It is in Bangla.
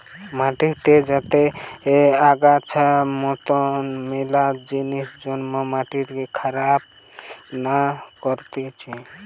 মাটিতে যাতে আগাছার মতন মেলা জিনিস জন্মে মাটিকে খারাপ না করতিছে